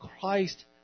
Christ